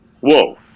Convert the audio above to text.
whoa